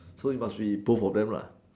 so it must be both of them